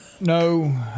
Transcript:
No